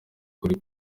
kuri